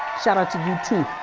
shout out to you too,